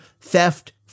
theft